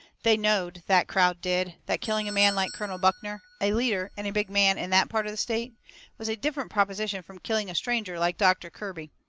they knowed, that crowd did, that killing a man like colonel buckner a leader and a big man in that part of the state was a different proposition from killing a stranger like doctor kirby.